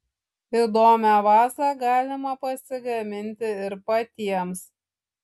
įdomią vazą galima pasigaminti ir patiems